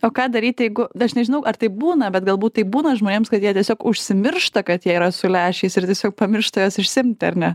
o ką daryti jeigu aš nežinau ar taip būna bet galbūt taip būna žmonėms kad jie tiesiog užsimiršta kad jie yra su lęšiais ir tiesiog pamiršta juos išsiimti ar ne